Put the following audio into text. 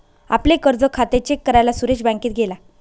आपले कर्ज खाते चेक करायला सुरेश बँकेत गेला